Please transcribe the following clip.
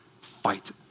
Fight